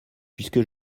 puisque